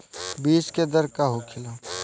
बीज के दर का होखेला?